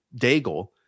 Daigle